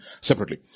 separately